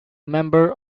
member